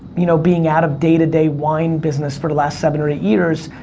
you know, being out of day-to-day wine business for the last seven or eight years,